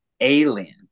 alien